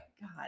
god